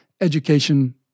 education